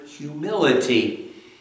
humility